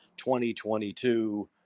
2022